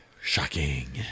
Shocking